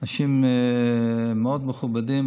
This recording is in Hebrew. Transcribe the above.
אנשים מאוד מכובדים,